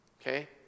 Okay